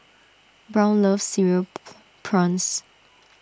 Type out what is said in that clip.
Brown loves Cereal Prawns